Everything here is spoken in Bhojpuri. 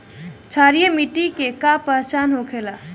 क्षारीय मिट्टी के का पहचान होखेला?